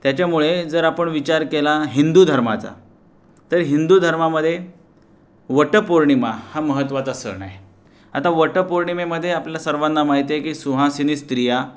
त्याच्यामुळे जर आपण विचार केला हिंदू धर्माचा तर हिंदू धर्मामध्ये वटपौर्णिमा हा महत्त्वाचा सण आहे आता वटपौर्णिमेमध्ये आपल्या सर्वांना माहिती आहे की सुवासिनी स्त्रिया